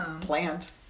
plant